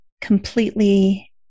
completely